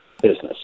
business